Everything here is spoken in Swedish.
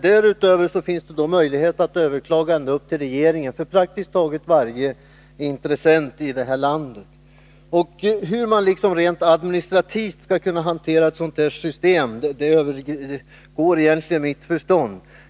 Därutöver finns det möjlighet för praktiskt taget varje intressent i landet att överklaga ända upp i regeringen. Hur man rent administrativt skall kunna hantera ett sådant system övergår mitt förstånd.